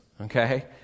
Okay